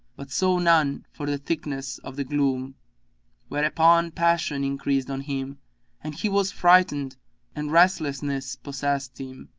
but saw none for the thickness of the gloom whereupon passion increased on him and he was frightened and restlessness possessed him.